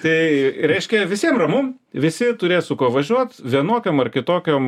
tai reiškia visiem ramu visi turės su kuo važiuot vienokiom ar kitokiom